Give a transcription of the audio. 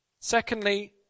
Secondly